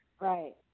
Right